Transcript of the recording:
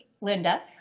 Linda